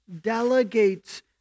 delegates